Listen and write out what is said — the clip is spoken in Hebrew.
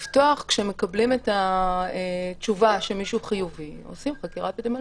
כשמקבלים את התשובה שמישהו חיובי עושים חקירה אפידמיולוגית.